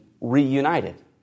reunited